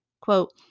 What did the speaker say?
Quote